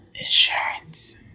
insurance